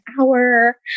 hour